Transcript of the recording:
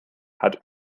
hat